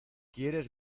quieres